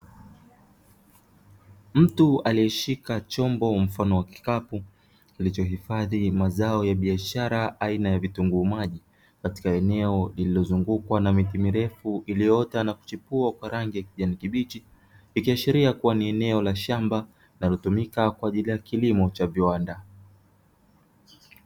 Mtu aliyeshika chombo mfano wa kikapu, kilichohifadhi mazao ya biashara aina ya vitunguu maji katika eneo lililozungukwa na miti mirefu iliyoota na kuchipua kwa rangi ya kijani kibichi, ikiashiria kuwa ni eneo la shamba linalotumika kwa ajili ya kilimo cha viwanda.